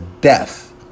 death